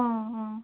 অঁ অঁ